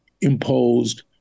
imposed